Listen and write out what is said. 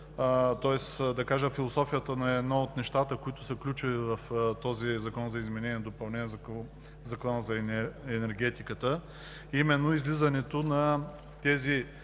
искам да кажа философията на едно от нещата, които са ключови в този Закон за изменение и допълнение на Закона за енергетиката, а именно излизането на тези